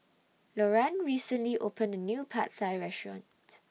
Loran recently opened A New Pad Thai Restaurant